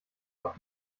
doch